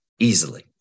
Easily